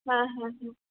হ্যাঁ হ্যাঁ হুম